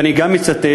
ואני גם מצטט: